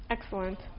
Excellent